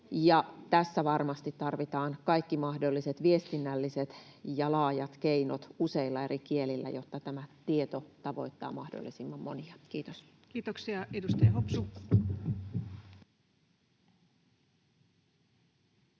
tässä varmasti tarvitaan kaikki mahdolliset viestinnälliset ja laajat keinot useilla eri kielillä, jotta tämä tieto tavoittaa mahdollisimman monia. — Kiitos. [Speech 141]